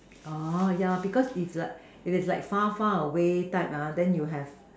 orh yeah because its like it is like far far away type ah then you have